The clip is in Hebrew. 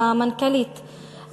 המנכ"לית,